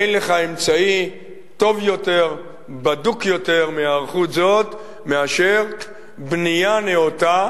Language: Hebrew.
אין לך אמצעי בדוק יותר להיערכות זאת מאשר בנייה נאותה